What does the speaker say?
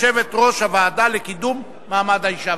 יושבת-ראש הוועדה לקידום מעמד האשה.